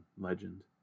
legend